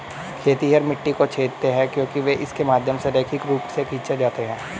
खेतिहर मिट्टी को छेदते हैं क्योंकि वे इसके माध्यम से रैखिक रूप से खींचे जाते हैं